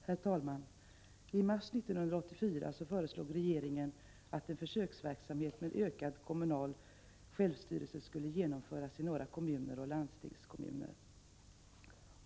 Herr talman! I mars 1984 föreslog regeringen att en försöksverksamhet med ökad kommunal självstyrelse skulle genomföras i några kommuner och landstingskommuner.